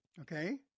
Okay